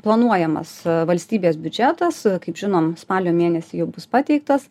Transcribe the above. planuojamas valstybės biudžetas kaip žinom spalio mėnesį jau bus pateiktas